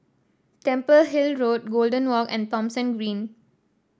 Temple Hill Road Golden Walk and Thomson Green